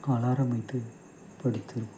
alarm வைத்து படுத்து